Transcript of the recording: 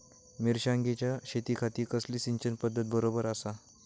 मिर्षागेंच्या शेतीखाती कसली सिंचन पध्दत बरोबर आसा?